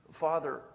Father